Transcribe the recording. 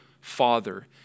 father